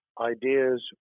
ideas